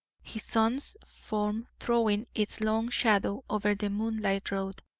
his son's form throwing its long shadow over the moonlit road,